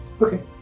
Okay